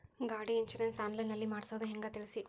ಗಾಡಿ insurance online ನಲ್ಲಿ ಮಾಡ್ಸೋದು ಹೆಂಗ ತಿಳಿಸಿ?